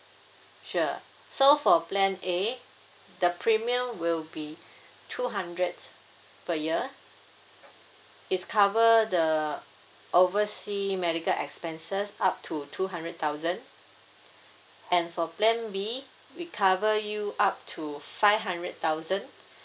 sure so for plan A the premium will be two hundred per year it's cover the overseas medical expenses up to two hundred thousand and for plan B we cover you up to five hundred thousand